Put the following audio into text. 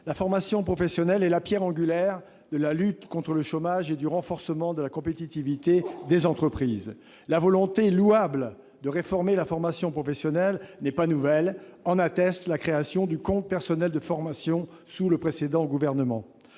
la formation professionnelle est la pierre angulaire de la lutte contre le chômage et du renforcement de la compétitivité des entreprises. La volonté, louable, de réformer la formation professionnelle n'est pas nouvelle : l'atteste la création du compte personnel de formation, le CPF, sous le précédent gouvernement.